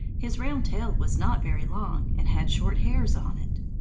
his round tail was not very long and had short hairs on it.